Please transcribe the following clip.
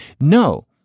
No